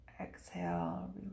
Exhale